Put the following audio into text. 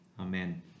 Amen